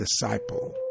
disciple